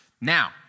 Now